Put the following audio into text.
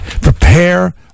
Prepare